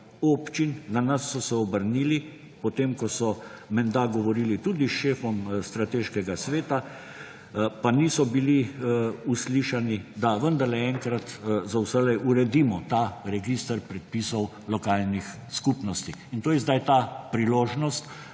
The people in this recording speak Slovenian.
občin. Na nas so se obrnili, potem ko so menda govorili tudi s šefom strateškega sveta, pa niso bili uslišani, da vendarle enkrat za vselej uredimo ta register predpisov lokalnih skupnosti. To je zdaj priložnost,